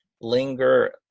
linger